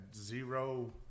zero –